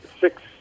six